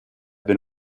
been